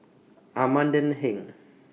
Amanda Heng